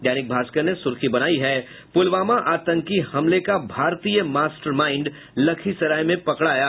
दैनिक भास्कर ने सुर्खी बनायी है पुलवामा आतंकी हमले का भारतीय मास्टर माइंड लखीसराय में पकड़ाया